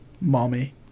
mommy